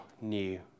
new